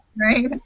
right